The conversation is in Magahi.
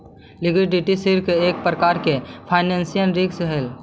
लिक्विडिटी रिस्क एक प्रकार के फाइनेंशियल रिस्क हई